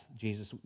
Jesus